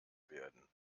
werden